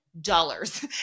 dollars